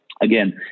again